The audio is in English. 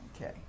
Okay